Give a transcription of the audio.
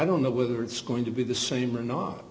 don't know whether it's going to be the same or not